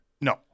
No